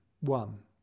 one